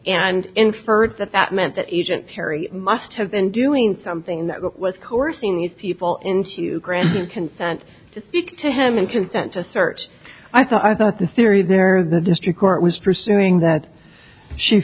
inferred that that meant that agent perry must have been doing something that was coercing these people into granting consent to speak to him and consent to search i thought i thought the theory there of the district court was pursuing that she